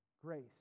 Grace